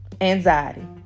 anxiety